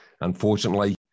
Unfortunately